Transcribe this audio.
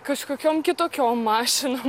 kažkokiom kitokiom mašinom